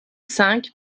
cinq